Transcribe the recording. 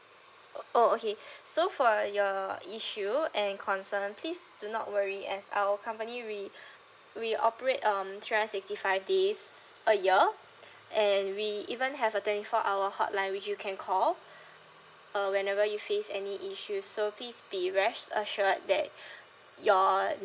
oh okay so for your issue and concern please do not worry as our company we we operate um three hundred sixty five days a year and we even have a twenty four hour hotline which you can call uh whenever you face any issues so please be rest assured that your